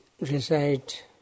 recite